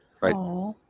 Right